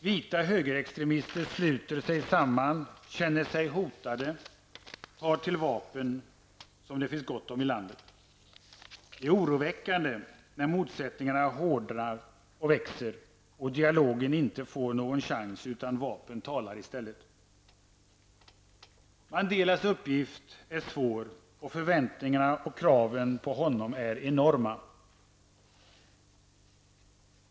Vita högerextremister sluter sig samman, känner sig hotade och tar till vapen, som det finns gott om i landet. Det är oroväckande när motsättningarna hårdnar och växer, och dialogen inte får någon chans utan vapen talar i stället. Mandelas uppgift är svår, och förväntningarna och kraven på honom är enorma.